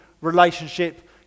relationship